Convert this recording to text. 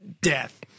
death